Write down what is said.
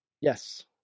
Yes